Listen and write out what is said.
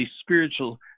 spiritual